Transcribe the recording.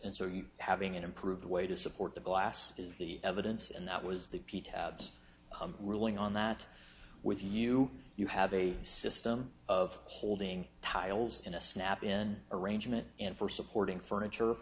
and so you having an improved way to support the glass is the evidence and that was the ruling on that with you you have a system of holding tiles in a snap in arrangement and for supporting furniture